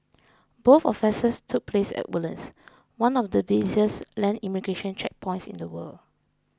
both offences took place at Woodlands one of the busiest land immigration checkpoints in the world